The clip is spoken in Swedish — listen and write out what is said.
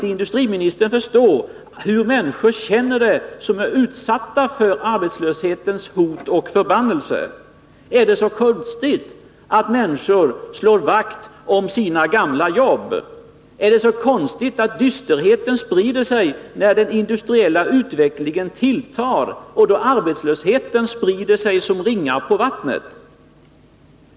Kan industriministern inte förstå hur människor känner det som är utsatta för arbetslöshetens hot och förbannelse? Är det så konstigt att människor slår vakt om sina gamla jobb? Är det så konstigt att dysterheten sprider sig när den industriella nedrustningen tilltar och arbetslösheten sprider sig som ringar på vattnet?